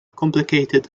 complicated